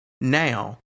now